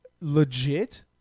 legit